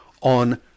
on